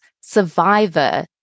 survivor